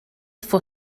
for